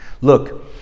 Look